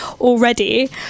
already